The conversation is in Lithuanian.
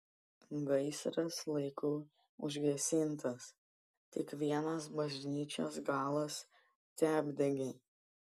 gaisras laiku užgesintas tik vienas bažnyčios galas teapdegė